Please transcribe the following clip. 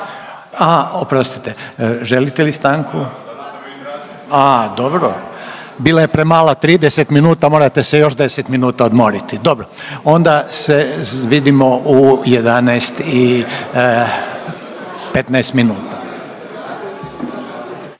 …/Upadica se ne razumije./… A dobro, bila je premala 30 minuta morate se još 10 minuta odmoriti, dobro. Onda se vidimo u 11 i 15 minuta.